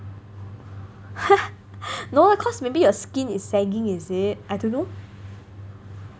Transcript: no cause maybe your skin is sagging is it I don't know